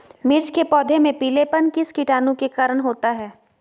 मिर्च के पौधे में पिलेपन किस कीटाणु के कारण होता है?